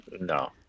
No